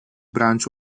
branch